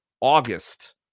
August